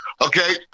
Okay